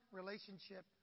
relationship